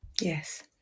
yes